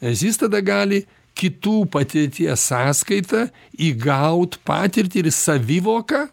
nes jis tada gali kitų patirties sąskaita įgaut patirtį ir savivoką